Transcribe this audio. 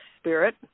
Spirit